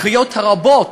הקריאות הרבות